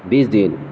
بیس دن